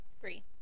Three